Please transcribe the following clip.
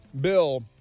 bill